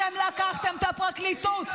אתם לקחתם את הפרקליטות.